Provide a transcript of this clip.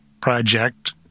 project